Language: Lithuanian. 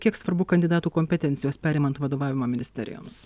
kiek svarbu kandidatų kompetencijos perimant vadovavimą ministerijoms